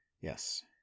yes